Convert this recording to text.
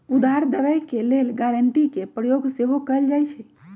उधार देबऐ के लेल गराँटी के प्रयोग सेहो कएल जाइत हइ